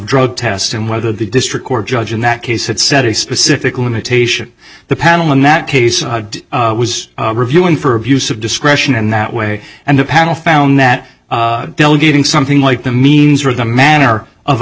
drug tests and whether the district court judge in that case had set a specific limitation the panel in that case was reviewing for abuse of discretion in that way and a panel found that delegating something like the means with a manner of a